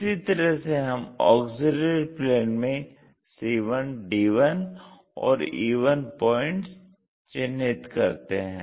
इसी तरह से हम ऑक्सिलियरी प्लेन में c1 d1 और e1 पॉइंट्स चिन्हित करते हैं